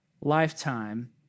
lifetime